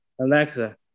Alexa